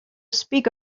speak